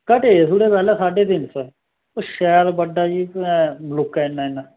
घटे दे थोह्ड़े पैह्लें साढ़े तिन्न सौ हे शैल बड्डा जी पर मलुक्के इन्ना इन्ना